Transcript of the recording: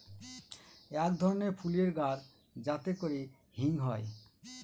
এক ধরনের ফুলের গাছ যাতে করে হিং হয়